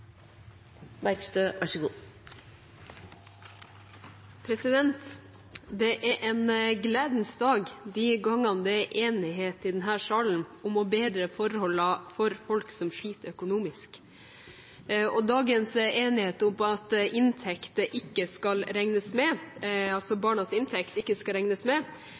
en gledens dag de gangene det er enighet i denne salen om å bedre forholdene for folk som sliter økonomisk. Dagens enighet går på at barnas inntekter ikke skal regnes med når økonomisk sosialhjelp utmåles. Det vil bidra positivt for dem det gjelder, og ikke